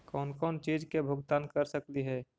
कौन कौन चिज के भुगतान कर सकली हे?